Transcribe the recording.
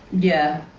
yeah,